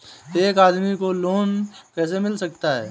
एक आदमी को लोन कैसे मिल सकता है?